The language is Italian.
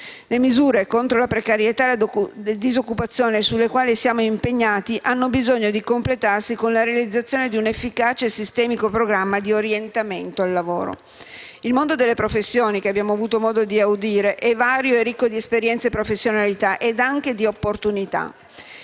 Le misure contro la precarietà e la disoccupazione sulle quali siamo impegnati hanno bisogno di completarsi con la realizzazione di un efficace e sistemico programma di "orientamento al lavoro". Il mondo delle professioni - i cui rappresentanti abbiamo avuto modo di audire - è vario e ricco di esperienze e professionalità e anche di opportunità.